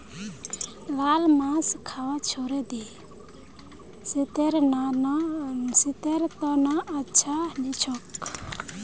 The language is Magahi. लाल मांस खाबा छोड़े दे सेहतेर त न अच्छा नी छोक